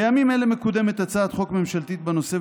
בימים אלה מקדמת הצעת חוק ממשלתית בנושא,